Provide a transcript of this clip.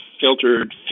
filtered